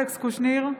אלכס קושניר,